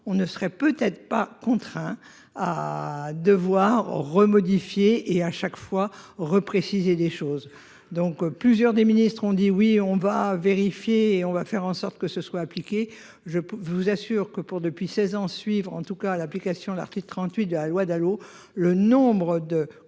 ne serait peut-être pas contraint à devoir remodifier et à chaque fois repréciser des choses donc plusieurs des ministres ont dit oui on va vérifier et on va faire en sorte que ce soit appliqué. Je vous assure que pour depuis 16 ans, suivre en tout cas à l'application de l'article 38 de la loi Dalo. Le nombre de